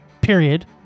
Period